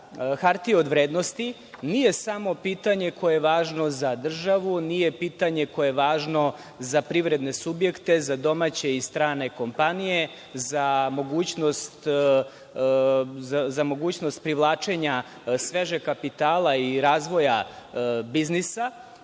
hartija od vrednosti nije samo pitanje koje je važno za državu, nije pitanje koje je važno za privredne subjekte, za domaće i strane kompanije, za mogućnost privlačenja svežeg kapitala i razvoja biznisa